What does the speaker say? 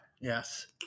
Yes